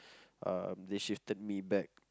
um they shifted me back